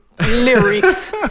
lyrics